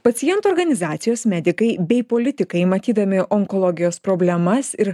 pacientų organizacijos medikai bei politikai matydami onkologijos problemas ir